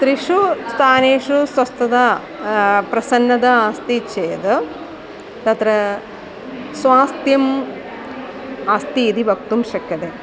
त्रिषु स्थानेषु स्वस्थता प्रसन्नता अस्ति चेद् तत्र स्वास्थ्यम् अस्ति इति वक्तुं शक्यते